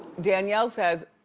danielle says,